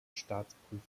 staatsprüfung